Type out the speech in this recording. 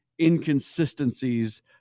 inconsistencies